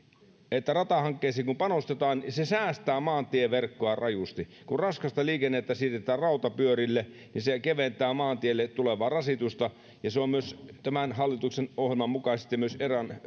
kun panostetaan ratahankkeisiin se säästää maantieverkkoa rajusti kun raskasta liikennettä siirretään rautapyörille niin se keventää maantielle tulevaa rasitusta se on tämän hallituksen ohjelman mukaisesti myös